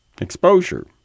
Exposure